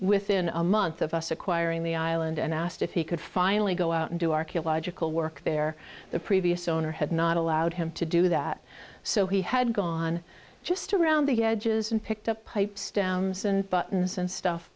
within a month of us acquiring the island and asked if he could finally go out and do archaeological work there the previous owner had not allowed him to do that so he had gone just around the edges and picked up pipes down buttons and stuff